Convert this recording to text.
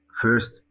first